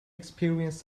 experienced